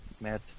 Matt